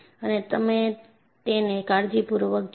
અને તમે તેને કાળજીપૂર્વક જુઓ